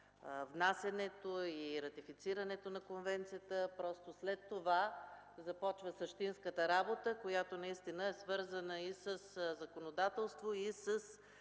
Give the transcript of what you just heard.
внасянето и ратифицирането на конвенцията, защото след това започва същинската работа, която наистина е свързана със законодателство, с